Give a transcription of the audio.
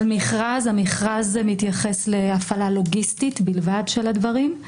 המכרז מתייחס להפעלה לוגיסטית בלבד של הדברים,